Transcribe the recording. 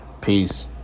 Peace